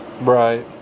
Right